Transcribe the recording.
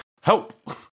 Help